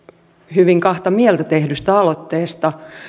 hyvin kahta mieltä tehdystä aloitteesta